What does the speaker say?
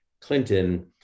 Clinton